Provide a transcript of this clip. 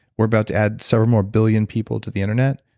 we're about to add several more billion people to the internet,